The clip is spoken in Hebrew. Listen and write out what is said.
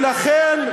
ולכן,